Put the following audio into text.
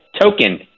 Token